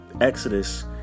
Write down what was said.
Exodus